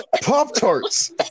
Pop-Tarts